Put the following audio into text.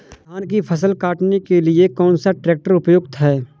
धान की फसल काटने के लिए कौन सा ट्रैक्टर उपयुक्त है?